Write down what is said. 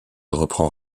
reprend